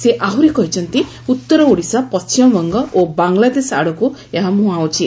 ସେ ଆହୁରି କହିଛନ୍ତି ଉତ୍ତର ଓଡ଼ିଶା ପଶ୍କିମବଙ୍ଙ ଓ ବାଂଲାଦେଶ ଆଡ଼କୁ ଏହା ମୁହାଁଉଛି